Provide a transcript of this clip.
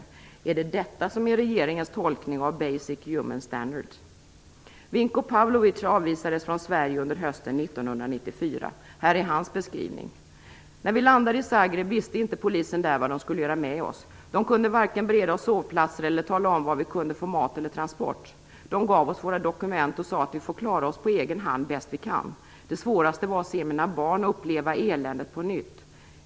Är det detta som är regeringens tolkning av basic human standards? Vinko Pavlovic avvisades från Sverige under hösten 1994. Här är hans beskrivning: "När vi landade i Zagreb visste inte polisen där vad de skulle göra med oss. De kunde varken bereda oss sovplatser eller tala om var vi kunde få mat eller transport. De gav oss våra dokument och sade att vi får klara oss på egen hand bäst vi kan. Det svåraste var att se mina barn uppleva eländet på nytt.